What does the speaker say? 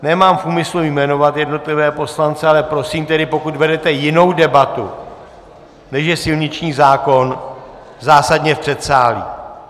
Nemám v úmyslu jmenovat jednotlivé poslance, ale prosím tedy, pokud vedete jinou debatu, než je silniční zákon, zásadně v předsálí!